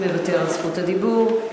מוותר על זכות הדיבור,